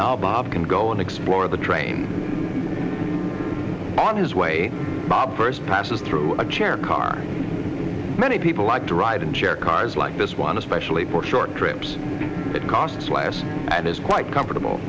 now bob can go and explore the train on his way bob first passes through a chair car many people like to ride and share cars like this one especially for short trips it costs less and is quite comfortable